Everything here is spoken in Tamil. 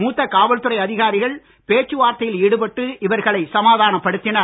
மூத்த காவல்துறை அதிகாரிகள் பேச்சு வார்த்தையில் ஈடுபட்டு இவர்களை சமாதானப்படுத்தினர்